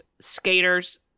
skaters